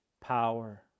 Power